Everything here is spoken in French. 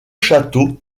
château